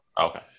okay